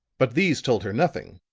but these told her nothing,